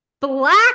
Black